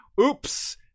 Oops